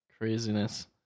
Craziness